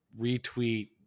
retweet